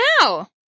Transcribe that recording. now